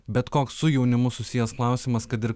bet koks su jaunimu susijęs klausimas kad ir